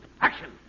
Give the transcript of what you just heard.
Action